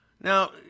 Now